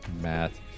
math